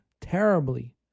terribly